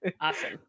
Awesome